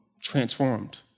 transformed